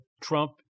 Trump